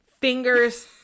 Fingers